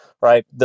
right